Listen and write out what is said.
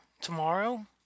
tomorrow